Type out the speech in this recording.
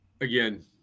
again